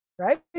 Right